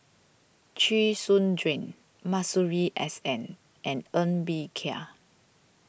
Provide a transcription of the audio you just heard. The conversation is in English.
Chee Soon Juan Masuri S N and Ng Bee Kia